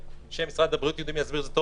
אנשי משרד הבריאות יודעים להסביר את זה טוב